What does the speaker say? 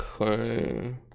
Okay